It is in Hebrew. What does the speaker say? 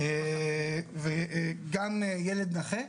גם ילד נכה,